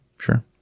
sure